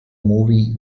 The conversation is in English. movie